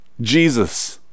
Jesus